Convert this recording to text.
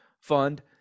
fund